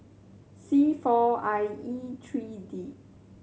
C four I E three D